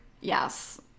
Yes